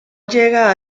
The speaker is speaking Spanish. llega